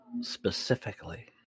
specifically